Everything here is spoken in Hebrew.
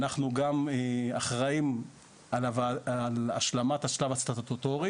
אנחנו גם אחראיים על השלמת השלב הסטטוטורי